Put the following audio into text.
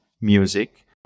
music